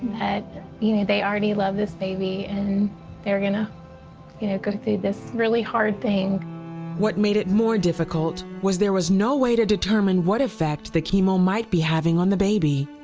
that you know they already love this baby, and they're going to you know go through this really hard thing. reporter what made it more difficult was there was no way to determine what effect the chemo might be having on the baby.